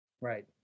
Right